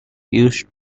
used